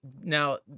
Now